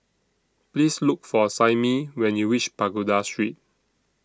Please Look For Simmie when YOU REACH Pagoda Street